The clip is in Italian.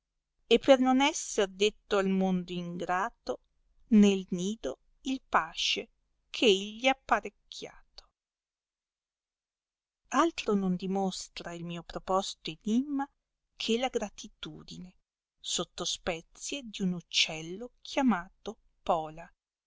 e per non esser detto al mondo ingrato nel nido il pasce eh ei gli ha apparecchiato altro non dimostra il mio proposto enimma che la gratitudine sotto spezie d'un uccello chiamato pola